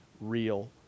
real